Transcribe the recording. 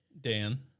Dan